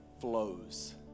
flows